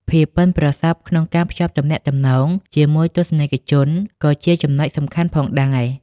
ភាពប៉ិនប្រសប់ក្នុងការភ្ជាប់ទំនាក់ទំនងជាមួយទស្សនិកជនក៏ជាចំណុចសំខាន់ផងដែរ។